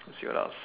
see what else